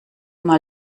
mal